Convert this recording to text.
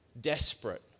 desperate